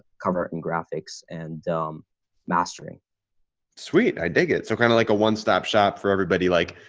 cover and graphics and mastering suite. i dig it. so kind of like a one stop shop for everybody, like,